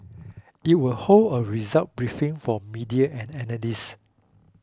it will hold a results briefing for media and analysts